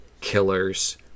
killers